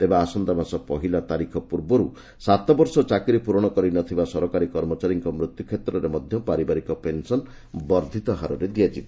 ତେବେ ଆସନ୍ତାମାସ ପହିଲା ତାରିଖ ପୂର୍ବରୁ ସାତ ବର୍ଷ ଚାକିରୀ ପୂରଣ କରିନଥିବା ସରକାରୀ କର୍ମଚାରୀଙ୍କ ମୃତ୍ୟୁ କ୍ଷେତ୍ରରେ ମଧ୍ୟ ପାରିବାରିକ ପେନ୍ସନ୍ ବର୍ଦ୍ଧିତ ହାରରେ ଦିଆଯିବ